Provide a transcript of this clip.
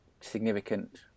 significant